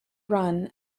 run